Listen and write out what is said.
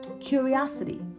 curiosity